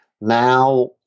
now